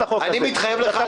את ההסתייגות,